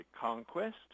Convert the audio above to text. conquest